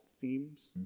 themes